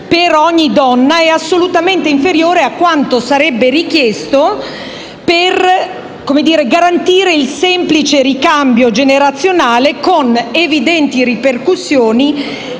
per ogni donna) è assolutamente inferiore a quanto sarebbe richiesto per garantire il semplice ricambio generazionale, con evidenti ripercussioni